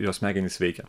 jo smegenys veikia